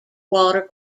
water